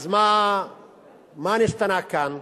אז מה נשתנה כאן?